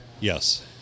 Yes